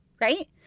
right